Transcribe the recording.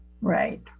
Right